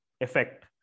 effect